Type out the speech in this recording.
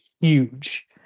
huge